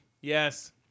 Yes